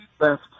left